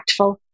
impactful